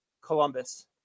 Columbus